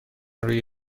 روی